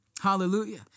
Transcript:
Hallelujah